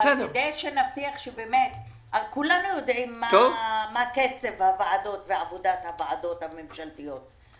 אבל כולנו יודעים מה קצב עבודת הוועדות הממשלתיות.